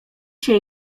się